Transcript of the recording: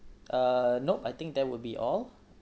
uh no I think that would be all